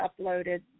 uploaded